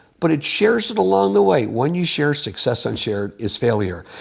but it shares it along the way, when you share. success unshared is failure.